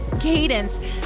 cadence